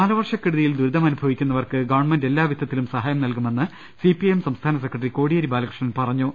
കാല വർഷ ക്കെ ടു തി യിൽ ദു രി ത മ നു ഭ വി ക്കു ന്ന വർക്ക് ഗവൺമെന്റ് എല്ലാവിധത്തിലും സഹായം നൽകുമെന്ന് സിപിഐഎം സംസ്ഥാന സെക്രട്ടറി കോടിയേരി ബാലകൃഷ്ണൻ പറഞ്ഞു